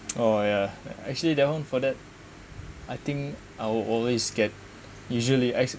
oh ya actually that one for that I think I will always get usually ac~